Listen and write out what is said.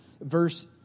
verse